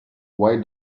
why